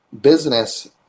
business